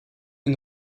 une